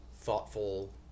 thoughtful